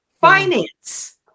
finance